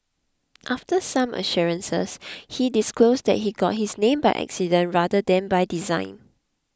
after some assurances he disclosed that he got his name by accident rather than by design